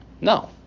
No